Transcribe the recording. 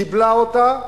קיבלה אותה,